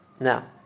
Now